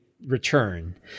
return